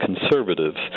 conservatives